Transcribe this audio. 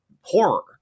horror